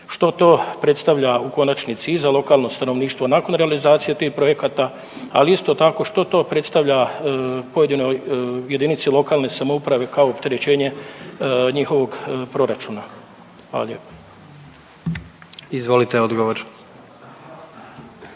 što to predstavlja u konačnici i za lokalno stanovništvo nakon realizacije tih projekata, ali isto tako što to predstavlja pojedinoj jedinica lokalne samouprave kao opterećenje njihovog proračuna? Hvala lijepo. **Jandroković,